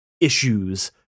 issues